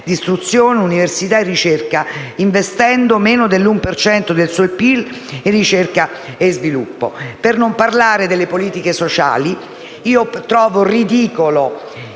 istruzione, università e ricerca, investendo meno dell' 1 per cento del suo PIL in ricerca e sviluppo. Per non parlare poi delle politiche sociali. Io trovo ridicole